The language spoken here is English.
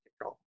control